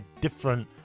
different